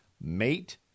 mate